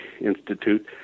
Institute